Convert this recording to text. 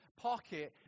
pocket